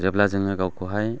जेब्ला जोङो गावखौहाय